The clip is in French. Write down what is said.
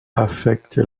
affecte